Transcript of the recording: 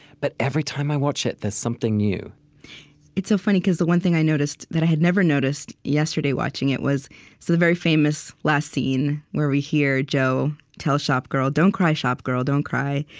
but every time i watch it, there's something new it's so funny, because the one thing i noticed that i had never noticed, yesterday, watching watching it, was so the very famous last scene, where we hear joe tell shopgirl, don't cry, shopgirl. don't cry,